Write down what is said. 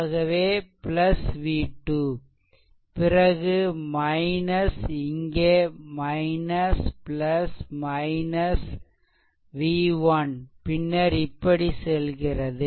ஆகவே v2 பிறகு இங்கே v1 பின்னர் இப்படி செல்கிறது